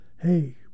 Hey